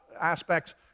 aspects